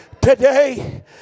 today